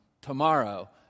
tomorrow